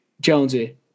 Jonesy